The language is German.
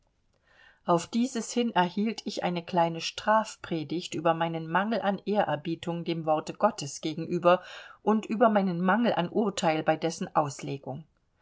auf dieses hin erhielt ich eine kleine strafpredigt über meinen mangel an ehrerbietung dem worte gottes gegenüber und über meinen mangel an urteil bei dessen auslegung